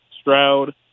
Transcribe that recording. Stroud